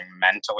mentally